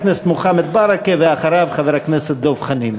חבר הכנסת מוחמד ברכה, ואחריו, חבר הכנסת דב חנין.